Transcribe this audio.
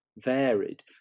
varied